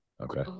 Okay